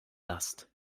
last